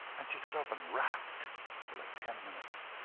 and she got up and rapped for, like, ten minutes.